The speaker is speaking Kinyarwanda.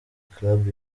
club